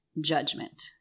judgment